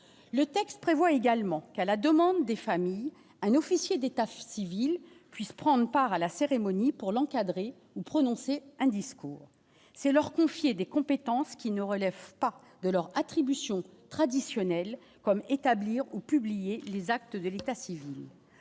le texte prévoit également qu'à la demande des familles, un officier des tâches civiles puissent prendre part à la cérémonie pour l'encadrer ou prononcer un discours, c'est leur confier des compétences qui ne relève pas de leur attribution traditionnels comme établir ou publié les actes de l'état civil,